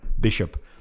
Bishop